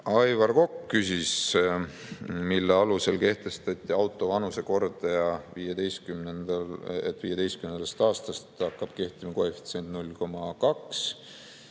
Aivar Kokk küsis, mille alusel kehtestati auto vanusekordaja, miks 15. aastast hakkab kehtima koefitsient 0,2.